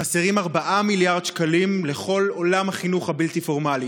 חסרים 4 מיליארד שקלים לכל עולם החינוך הבלתי-פורמלי.